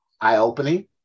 eye-opening